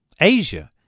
Asia